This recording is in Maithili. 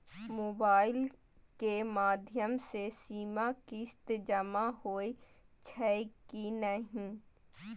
मोबाइल के माध्यम से सीमा किस्त जमा होई छै कि नहिं?